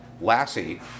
Lassie